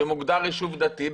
שמוגדר יישוב דתי,